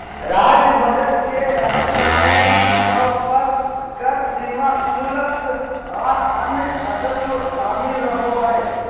राज्य बजट के राजस्व में मुख्य तौर पर कर, सीमा शुल्क, आर अन्य राजस्व शामिल रहो हय